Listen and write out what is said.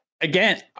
again